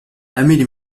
amélie